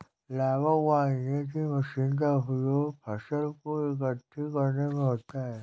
लावक बांधने की मशीन का उपयोग फसल को एकठी करने में होता है